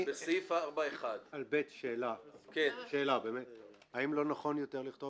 שאלה על (ב) האם לא נכון יותר לכתוב